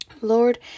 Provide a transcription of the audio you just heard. Lord